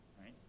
right